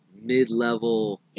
mid-level